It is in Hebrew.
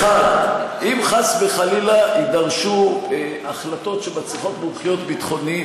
1. אם חס וחללה יידרשו החלטות שמצריכות מומחיות ביטחונית,